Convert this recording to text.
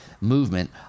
movement